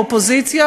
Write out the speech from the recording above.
האופוזיציה,